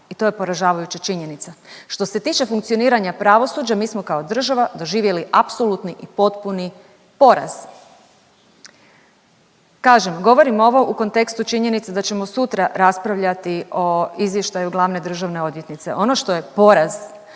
i to je poražavajuća činjenica. Što se tiče funkcioniranja pravosuđa mi smo kao država doživjeli apsolutni i potpuni poraz. Kažem govorim ovo u kontekstu činjenice da ćemo sutra raspravljati o izvještaju glavne državne odvjetnice. Ono što je poraz